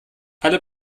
alle